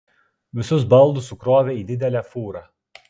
visus baldus sukrovė į didelę fūrą